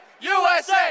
USA